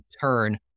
turn